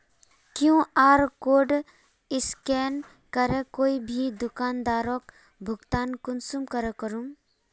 QR code scan करे कोई भी दुकानदारोक भुगतान कुंसम करे करूम?